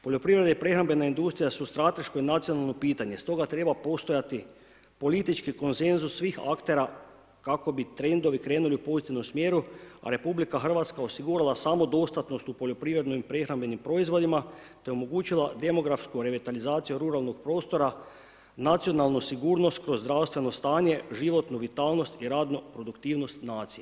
Poljoprivreda i prehrambena industrija su strateško i nacionalno pitanje, stoga treba postojati politički koncensus svih aktera kako bi trendovi krenuli u pozitivnom smjeru, a RH osigurala samo dostatnost u poljoprivrednim i prehrambenim proizvodima, te omogućila demografsku revitalizaciju ruralnog prostora, nacionalu sigurnost kroz zdravstveno stanje, životnu vitalnost i radnu produktivnost nacije.